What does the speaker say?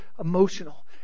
emotional